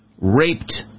raped